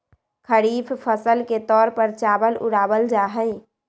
खरीफ फसल के तौर पर चावल उड़ावल जाहई